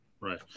Right